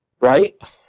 right